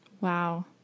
Wow